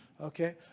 Okay